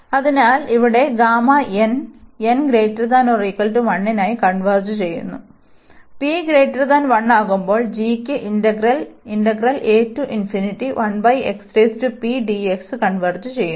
അതിനാൽ ഇവിടെ n≥1 നായി കൺവെർജ് ചെയ്യുന്നു g ക്ക് ഇന്റഗ്രൽ കൺവെർജ് ചെയ്യുന്നു